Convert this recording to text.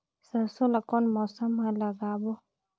सरसो ला कोन मौसम मा लागबो?